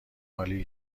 عالی